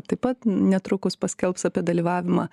taip pat netrukus paskelbs apie dalyvavimą